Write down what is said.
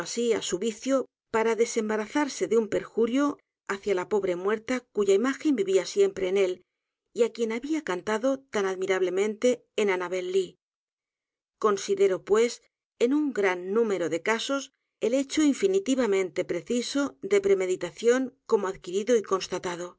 á su vicio para desembarazarse de un perjurio hacia la pobre muerta cuya imagen vivía siempre en él y á quien había cantado tan admirablemente en annabel lee considero pues en u n g r a n número de casos el hecho infinitivamente preciso de premeditación como adquirido y constatado